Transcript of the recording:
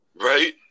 right